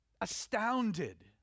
astounded